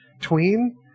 Tween